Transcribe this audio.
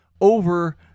over